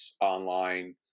online